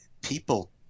people